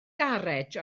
garej